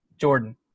Jordan